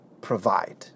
provide